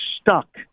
stuck